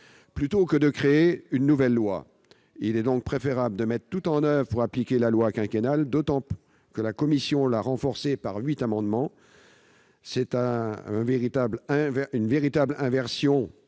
Plutôt que de créer une nouvelle loi, il est préférable de tout mettre en oeuvre pour appliquer la loi quinquennale, d'autant que la commission l'a renforcée par huit amendements. C'est donc à une véritable inversion